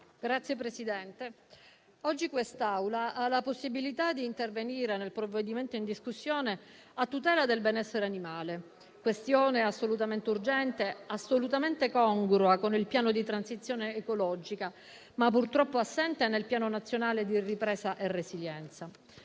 Signor Presidente, oggi quest'Assemblea ha la possibilità di intervenire nel provvedimento in discussione a tutela del benessere animale, questione assolutamente urgente e congrua con il Piano di transizione ecologica, ma purtroppo assente nel Piano nazionale di ripresa e resilienza.